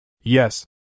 Yes